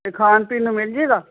ਅਤੇ ਖਾਣ ਪੀਣ ਨੂੰ ਮਿਲ ਜਾਏਗਾ